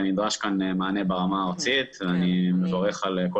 ונדרש כאן מענה ברמה הארצית ואני מברך על כל